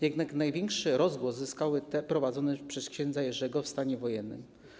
Jednak największy rozgłos zyskały te prowadzone przez ks. Jerzego w stanie wojennym.